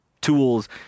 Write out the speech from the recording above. tools